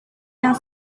yang